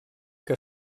que